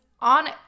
on